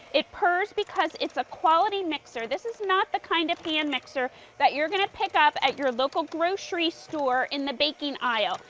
it purrs because it's a quality mixer. this is not the kind of hand mixer that you're going to pick up at your local grocery store in the baking aisle.